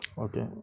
okay